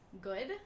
good